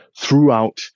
throughout